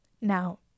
Now